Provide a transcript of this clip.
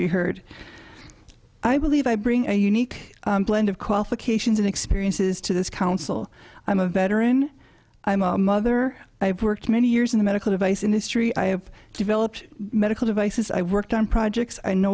be heard i believe i bring a unique blend of qualifications and experiences to this council i'm a veteran i'm a mother i've worked many years in the medical device in history i have developed medical devices i worked on projects i know